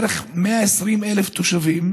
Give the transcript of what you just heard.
בערך 120,000 תושבים,